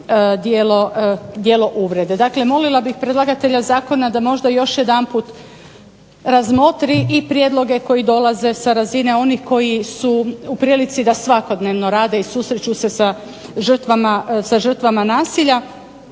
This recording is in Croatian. djelo uvrede. Dakle, molila bih predlagatelja zakona da možda još jedanput razmotri i prijedloge koji dolaze sa razine onih koji su u prilici da svakodnevno rade i susreću se sa žrtvama nasilja